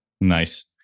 Nice